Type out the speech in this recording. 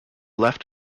left